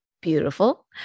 Beautiful